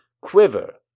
quiver